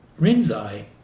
Rinzai